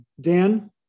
Dan